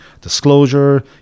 disclosure